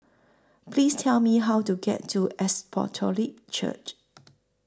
Please Tell Me How to get to Apostolic Church